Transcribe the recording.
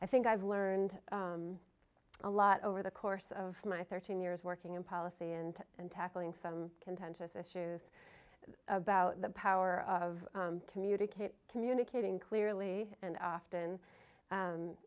i think i've learned a lot over the course of my thirteen years working in policy and and tackling some contentious issues about the power of communicate communicating clearly and often